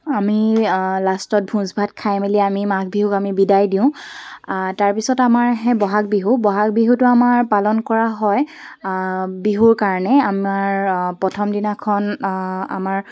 আমি লাষ্টত ভোজ ভাত খাই মেলি আমি মাঘ বিহুক আমি বিদায় দিওঁ তাৰপিছত আমাৰ সেই বহাগ বিহু বহাগ বিহুটো আমাৰ পালন কৰা হয় বিহুৰ কাৰণে আমাৰ প্ৰথম দিনাখন আমাৰ